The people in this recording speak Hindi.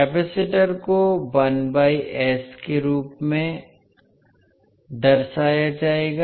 कैपेसिटर को 1 बाय एस के रूप में दर्शाया जाएगा